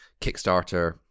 Kickstarter